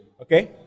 Okay